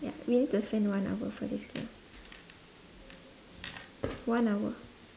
ya means to spend one hour for this game one hour